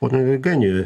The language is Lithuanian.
ponui eugenijui